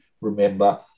remember